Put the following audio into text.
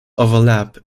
overlap